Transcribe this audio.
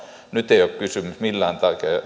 nyt ei ole kysymys millään